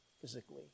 physically